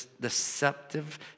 deceptive